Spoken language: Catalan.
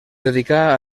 dedicà